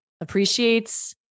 appreciates